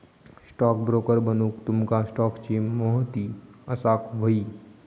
stockbroker बनूक तुमका स्टॉक्सची महिती असाक व्हयी